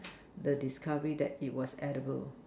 the discovery that it was edible